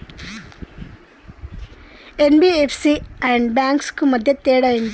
NBFC and banks కు మధ్య తేడా ఏంటిది?